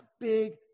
big